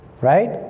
Right